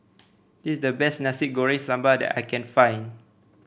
this is the best Nasi Goreng Sambal that I can find